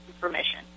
permission